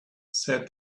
said